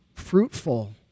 fruitful